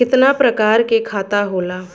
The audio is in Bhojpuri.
कितना प्रकार के खाता होला?